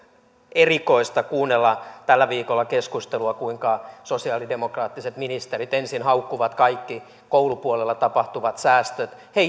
erikoista kuunnella tällä viikolla keskustelua kuinka sosialidemokraattiset ministerit ensin haukkuvat kaikki koulupuolella tapahtuvat säästöt he